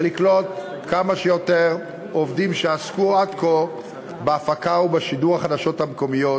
ולקלוט כמה שיותר עובדים שעסקו עד כה בהפקה ובשידור החדשות המקומיות,